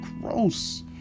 gross